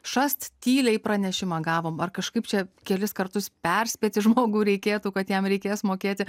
šast tyliai pranešimą gavom ar kažkaip čia kelis kartus perspėti žmogų reikėtų kad jam reikės mokėti